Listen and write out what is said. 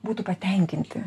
būtų patenkinti